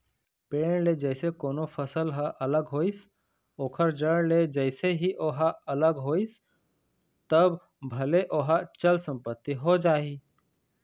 पेड़ ले जइसे कोनो फसल ह अलग होइस ओखर जड़ ले जइसे ही ओहा अलग होइस तब भले ओहा चल संपत्ति हो जाही